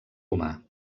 humà